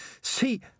see